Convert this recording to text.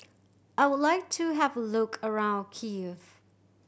I would like to have a look around Kiev